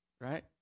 right